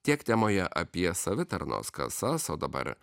tiek temoje apie savitarnos kasas o dabar